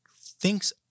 thinks